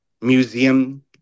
museum